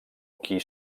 qui